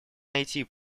найти